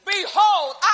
Behold